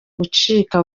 gucika